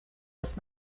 was